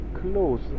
close